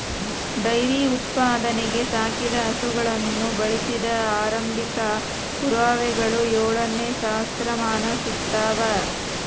dairy ಉತ್ಪಾದನೆಗೆ ಸಾಕಿದ ಹಸುಗಳನ್ನು ಬಳಸಿದ ಆರಂಭಿಕ ಪುರಾವೆಗಳು ಏಳನೇ ಸಹಸ್ರಮಾನ ಸಿಗ್ತವ